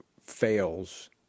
fails